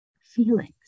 feelings